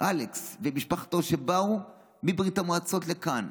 אלכס ומשפחתו, שבאו כיהודים מברית המועצות לכאן,